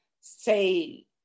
say